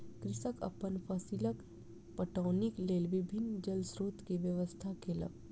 कृषक अपन फसीलक पटौनीक लेल विभिन्न जल स्रोत के व्यवस्था केलक